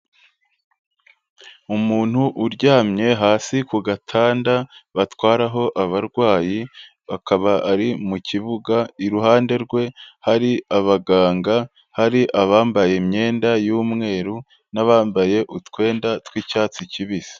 Umuntu uryamye hasi ku gatanda batwaraho abarwayi, bakaba ari mu kibuga, iruhande rwe hari abaganga, hari abambaye imyenda y'umweru n'abambaye utwenda tw'icyatsi kibisi.